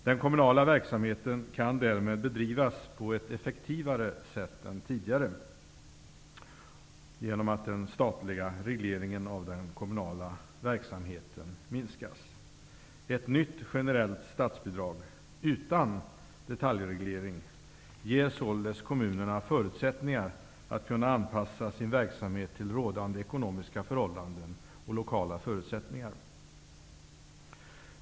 Den kommunala verksamheten kan därmed bedrivas på ett effektivare sätt än tidigare, genom att den statliga regleringen av den kommunala verksamheten minskas. Ett nytt generellt statsbidrag utan detaljreglering ger således kommunerna förutsättningar att anpassa sin verksamhet till rådande ekonomiska förhållanden och lokala förutsättningar.